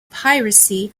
piracy